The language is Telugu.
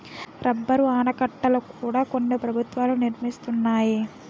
రబ్బరు ఆనకట్టల కూడా కొన్ని ప్రభుత్వాలు నిర్మిస్తున్నాయి